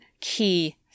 key